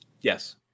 Yes